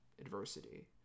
adversity